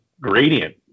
gradient